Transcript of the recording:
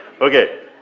Okay